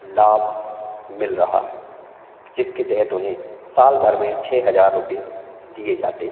लाभ मिल रहा है जिसके तहत उन्हें साल भर में छः हजार रुपए दिए जाते हैं